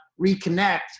reconnect